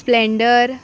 splendor